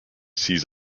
sees